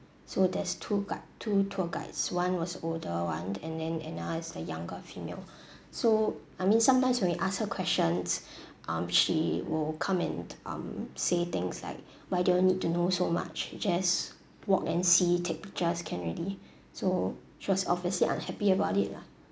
so there's two guide two tour guides one was older one and then another is a younger female so I mean sometimes when we ask her questions um she will come and um say things like why do you all need to know so much you just walk and see take pictures can already so she was obviously unhappy about it lah